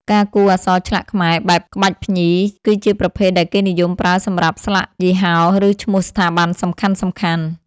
ការគូរ អក្សរឆ្លាក់ខ្មែរ បែបក្បាច់ភ្ញី គឺជាប្រភេទដែលគេនិយមប្រើសម្រាប់ស្លាកយីហោ ឬឈ្មោះស្ថាប័នសំខាន់ៗ។